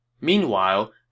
Meanwhile